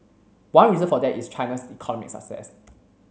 one reason for that is China's economic success